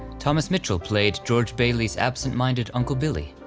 thomas mitchell played george bailey's absent-minded uncle billy,